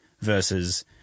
versus